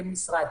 כמשרד.